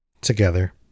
together